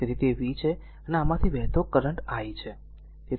તેથી તે v છે અને આમાંથી વહેતો કરંટ છે i